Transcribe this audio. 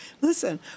Listen